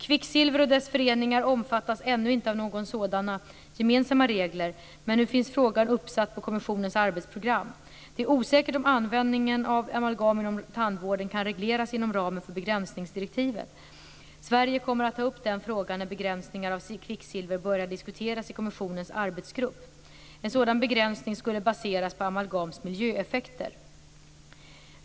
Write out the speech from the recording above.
Kvicksilver och dess föreningar omfattas ännu inte av några sådana gemensamma regler, men nu finns frågan uppsatt på kommissionens arbetsprogram. Det är osäkert om användningen av amalgam inom tandvården kan regleras inom ramen för begränsningsdirektivet. Sverige kommer att ta upp den frågan när begränsningar av kvicksilver börjar diskuteras i kommissionens arbetsgrupp. En sådan begränsning skulle baseras på amalgams miljöeffekter.